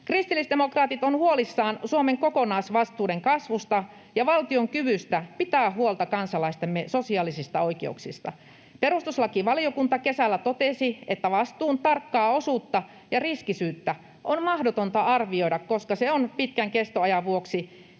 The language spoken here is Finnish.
Kristillisdemokraatit ovat huolissaan Suomen kokonaisvastuiden kasvusta ja valtion kyvystä pitää huolta kansalaistemme sosiaalisista oikeuksista. Perustuslakivaliokunta kesällä totesi, että vastuun tarkkaa osuutta ja riskisyyttä on mahdotonta arvioida, koska se pitkän kestoajan vuoksi